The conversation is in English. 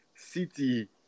City